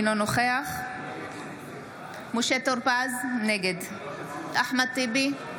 אינו נוכח משה טור פז, נגד אחמד טיבי,